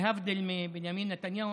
להבדיל מבנימין נתניהו,